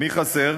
מי חסר?